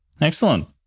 Excellent